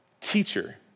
teacher